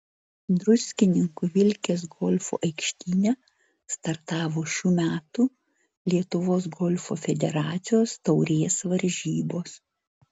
druskininkų vilkės golfo aikštyne startavo šių metų lietuvos golfo federacijos taurės varžybos